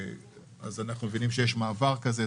אנחנו מבינים שיש מעבר כזה,